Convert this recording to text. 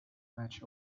match